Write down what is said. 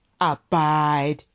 abide